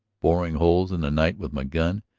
boring holes in the night with my gun,